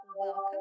Welcome